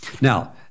Now